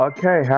Okay